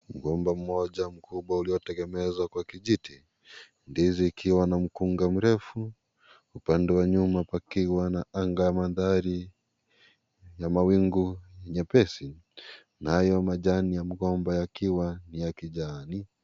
Mgomba mmoja mkubwa ulio tegemezwa kwa kijiti, ndizi ikiwa na mkunga mrefu upande wa nyuma pakiwa na anga ya mandhari na mawingu mepesi nayo majani ya mgomba yakiwa ni ya kijani.